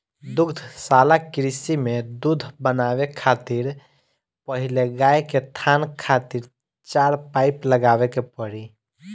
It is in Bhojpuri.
दुग्धशाला कृषि में दूध बनावे खातिर पहिले गाय के थान खातिर चार पाइप लगावे के पड़ी